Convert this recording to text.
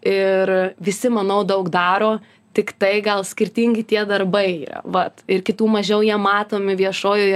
ir visi manau daug daro tiktai gal skirtingi tie darbai yra vat ir kitų mažiau jie matomi viešojoje